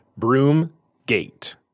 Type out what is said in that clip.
Broomgate